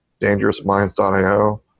dangerousminds.io